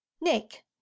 nick